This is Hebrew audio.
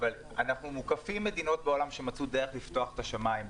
אנו מוקפים במדינות בעולם שמצאו דרך לפתוח את השמיים.